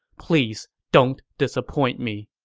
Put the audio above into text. please don't disappoint me.